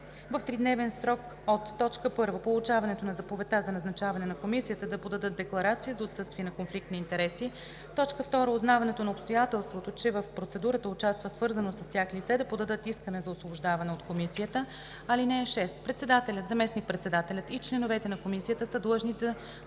в тридневен срок от: 1. получаването на заповедта за назначаване на комисията да подадат декларация за отсъствие на конфликт на интереси; 2. узнаването на обстоятелството, че в процедурата участва свързано с тях лице, да подадат искане за освобождаване от комисията. (6) Председателят, заместник-председателят и членовете на комисията са длъжни да